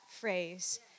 phrase